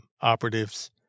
operatives